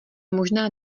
možná